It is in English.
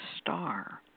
Star